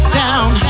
down